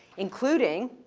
including